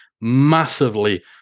massively